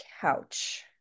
couch